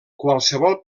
qualsevol